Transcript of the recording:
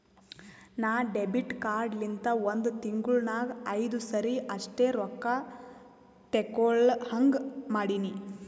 ನಾ debit card ಲಿಂತ ಒಂದ್ ತಿಂಗುಳ ನಾಗ್ ಐಯ್ದು ಸರಿ ಅಷ್ಟೇ ರೊಕ್ಕಾ ತೇಕೊಳಹಂಗ್ ಮಾಡಿನಿ